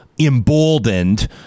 emboldened